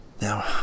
Now